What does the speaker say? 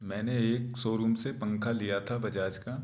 मैंने एक शोरूम से पंखा लिया था बजाज का